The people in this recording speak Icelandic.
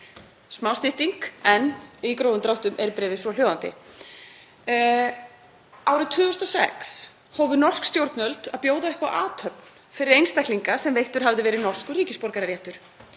smá stytting en í grófum dráttum er bréfið svohljóðandi. Árið 2006 hófu norsk stjórnvöld að bjóða upp á athöfn fyrir einstaklinga sem veittur hafði verið norskur ríkisborgararéttur.